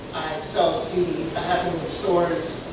sell cds. i have them in the stores.